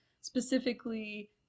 specifically